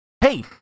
Hey